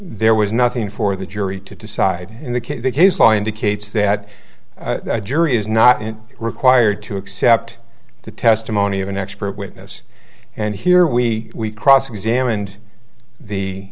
there was nothing for the jury to decide in the case the case law indicates that a jury is not required to accept the testimony of an expert witness and here we cross examined the